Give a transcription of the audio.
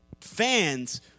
fans